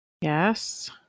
yes